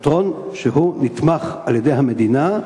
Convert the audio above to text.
תיאטרון שהוא נתמך על-ידי המדינה,